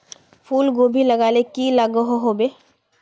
फूलकोबी लगाले की की लागोहो होबे?